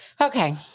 Okay